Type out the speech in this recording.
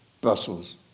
Brussels